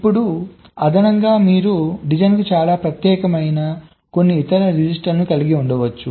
ఇప్పుడు అదనంగా మీరు డిజైన్కు చాలా ప్రత్యేకమైన కొన్ని ఇతర రిజిస్టర్లను కలిగి ఉండవచ్చు